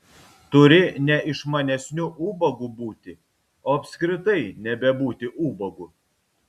turi ne išmanesniu ubagu būti o apskritai nebebūti ubagu